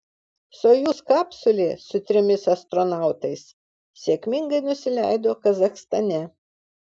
sojuz kapsulė su trimis astronautais sėkmingai nusileido kazachstane